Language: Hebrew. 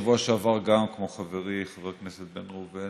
כמו חברי חבר הכנסת בן ראובן,